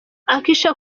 akshay